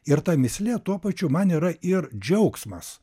ir ta mįslė tuo pačiu man yra ir džiaugsmas